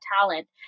talent